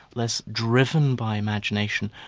less driven by imagination,